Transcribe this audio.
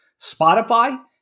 Spotify